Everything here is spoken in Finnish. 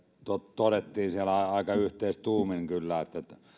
todettiin siellä aika yhteistuumin kyllä että